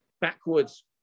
backwards